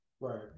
Right